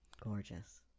Gorgeous